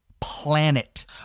planet